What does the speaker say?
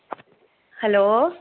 hello